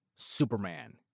Superman